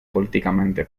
políticamente